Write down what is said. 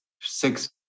six